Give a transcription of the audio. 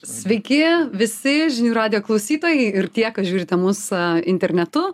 sveiki visi žinių radijo klausytojai ir tie kas žiūrite mus internetu